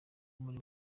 muri